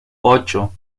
ocho